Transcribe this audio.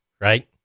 right